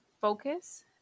focus